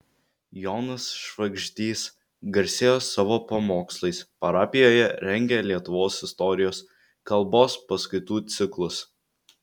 jonas švagždys garsėjo savo pamokslais parapijoje rengė lietuvos istorijos kalbos paskaitų ciklus